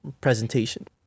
presentation